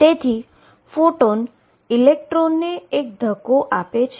તેથી ફોટોન ઇલેક્ટ્રોનને એક ધક્કો આપે છે